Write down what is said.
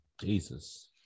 Jesus